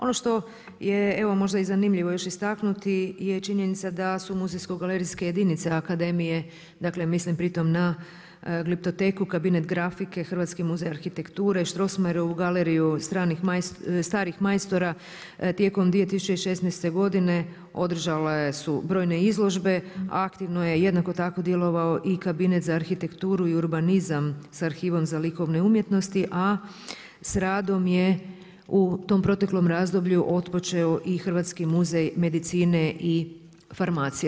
Ono što je možda zanimljivo još istaknuti je činjenica da su muzejsko-galerijske jedinice akademije, dakle mislim pri tom na Gliptoteku, Kabinet grafike, Hrvatski muzej arhitekture, Strossmayerovu galeriju starih majstora tijekom 2016. godine održale su brojne izložbe, aktivno je jednako tako djelovao i Kabinet za arhitekturu i urbanizam sa arhivom za likovne umjetnosti, s radom je u tom proteklom razdoblju otpočeo i Hrvatski muzej medicine i farmacije.